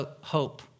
hope